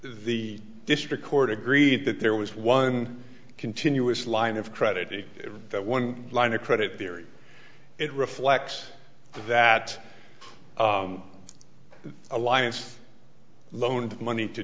the district court agreed that there was one continuous line of credit and that one line of credit theory it reflects that alliance loaned money to